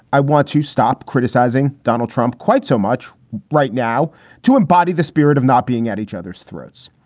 i want to stop criticizing donald trump quite so much right now to embody the spirit of not being at each other's throats.